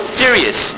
serious